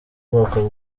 bwoko